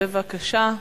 בבקשה.